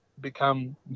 become